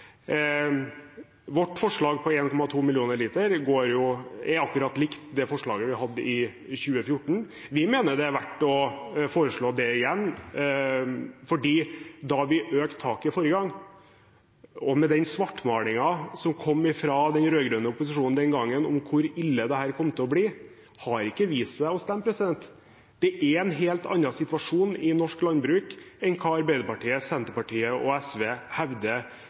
Vårt forslag på 1,2 millioner liter er akkurat likt det forslaget vi hadde i 2014. Vi mener det er verdt å foreslå det igjen. Den svartmalingen om hvor ille dette kom til å bli, som kom fra den rød-grønne opposisjonen da vi økte taket forrige gang, har ikke vist seg å stemme. Det er en helt annen situasjon i norsk landbruk enn hva Arbeiderpartiet, Senterpartiet og SV hevder